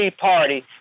party